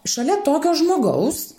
šalia tokio žmogaus